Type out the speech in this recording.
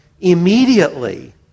immediately